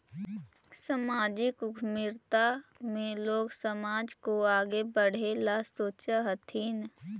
सामाजिक उद्यमिता में लोग समाज को आगे बढ़े ला सोचा हथीन